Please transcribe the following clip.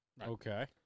Okay